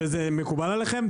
וזה מקובל עליכם?